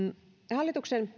hallituksen